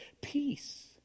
peace